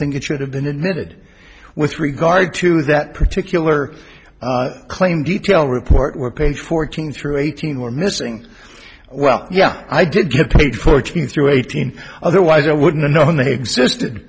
think it should have been admitted with regard to that particular claim detail report were paid fourteen through eighteen were missing well yeah i did get paid fourteen through eighteen otherwise i wouldn't have known they existed